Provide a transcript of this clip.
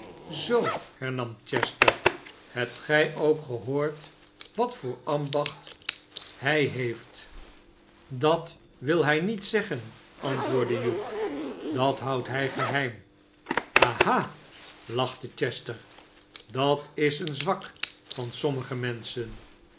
szoo hernam chester shebt gij k gehoord wat voor ambacht hij heeft dat wil hij niet zeggen antwoordde hugh s dat houdt hij geheim sha ha lachte chester sdat is het zwak van sommige menschen